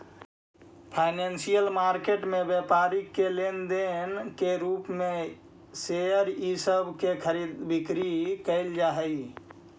financial market में व्यापारी के लेन देन के रूप में शेयर इ सब के खरीद बिक्री कैइल जा हई